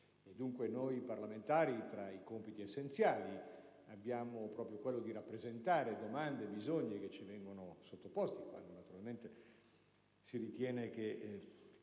e noi parlamentari, tra i compiti essenziali, abbiamo proprio quello di rappresentare domande, bisogni che ci vengono sottoposti, quando naturalmente si ritiene che